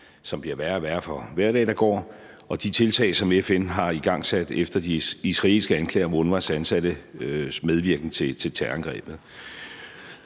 som bliver værre og værre for, hver dag der går, og de tiltag, som FN har igangsat efter de israelske anklager mod UNRWA's ansatte om medvirken til terrorangrebet.